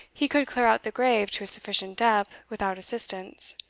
he could clear out the grave to a sufficient depth without assistance,